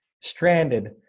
stranded